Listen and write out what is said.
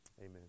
Amen